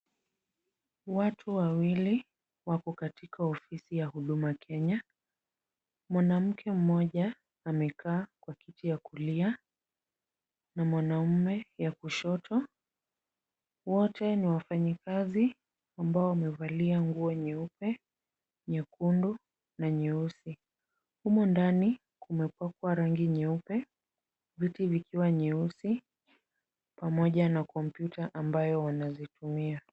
Watu wawili wako katika ofisi ya huduma Kenya. Mwanamke mmoja amekaa kwa kiti ya kulia na mwanaume ya kushoto. Wote ni wafanyikazi ambao wamevalia nguo nyeupe, nyekundu na nyeusi. Humo ndani kumepakwa rangi nyeupe viti vikiwa nyeusi pamoja na kompyuta ambayo wanazitumia.